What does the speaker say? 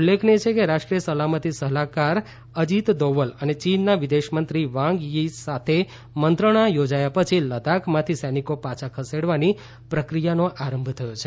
ઉલ્લેખનીય છે કે રાષ્ટ્રીય સલામતી સલાહકાર અજીત દોવલ અને ચીનના વિદેશમંત્રી વાંગ થી સાથે મંત્રણા યોજાયા પછી લદ્દાખમાંથી સૈનિકો પાછા ખસેડવાની પ્રક્રિયાનો આરંભ થયો છે